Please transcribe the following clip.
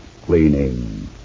cleaning